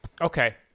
okay